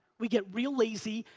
we get real lazy,